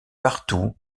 partout